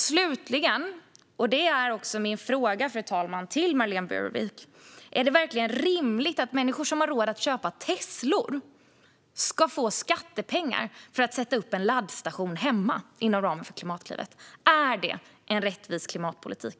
Slutligen, fru talman, kommer min fråga till Marlene Burwick: Är det verkligen rimligt att människor som har råd att köpa en Tesla ska få skattepengar för att sätta upp en laddstation hemma inom ramen för Klimatklivet? Är det en rättvis klimatpolitik?